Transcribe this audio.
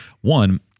One